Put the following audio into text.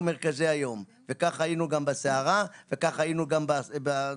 מרכזי היום וכך היינו גם בסערה וכך היינו גם בתקופה.